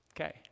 Okay